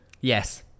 Yes